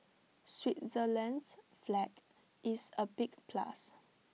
Switzerland's flag is A big plus